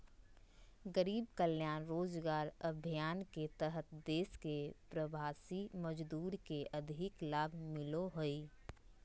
गरीब कल्याण रोजगार अभियान के तहत देश के प्रवासी मजदूर के अधिक लाभ मिलो हय